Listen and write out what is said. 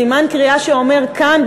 סימן קריאה שאומר: כאן,